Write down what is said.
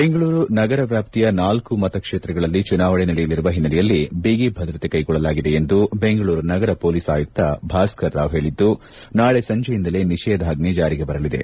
ಬೆಂಗಳೂರು ನಗರ ವ್ಯಾಪ್ತಿಯ ನಾಲ್ಕು ಕ್ಷೇತ್ರಗಳಲ್ಲಿ ಚುನಾವಣೆ ನಡೆಯಲಿರುವ ಹಿನ್ನೆಲೆಯಲ್ಲಿ ಬಿಗಿಭದ್ರತೆ ಕೈಗೊಳ್ಳಲಾಗಿದೆ ಎಂದು ಬೆಂಗಳೂರು ನಗರ ಪೊಲೀಸ್ ಆಯುಕ್ತ ಭಾಸ್ಕರ್ ರಾವ್ ಹೇಳಿದ್ದು ನಾಳೆ ಸಂಜೆಯಿಂದಲೇ ನಿಷೇದಾಜ್ಞೆ ಜಾರಿಗೆ ಬರಲಿದೆ